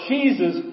Jesus